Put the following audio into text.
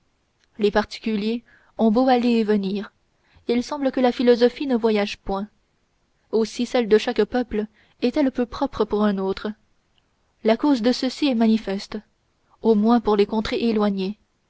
les particuliers ont beau aller et venir il semble que la philosophie ne voyage point aussi celle de chaque peuple est-elle peu propre pour un autre la cause de ceci est manifeste au moins pour les contrées éloignées